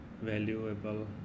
valuable